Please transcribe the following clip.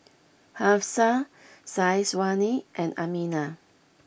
Hafsa Syazwani and Aminah